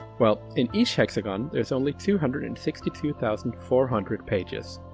well, in each hexagon there's only two hundred and sixty two thousand four hundred pages.